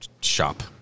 shop